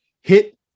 hit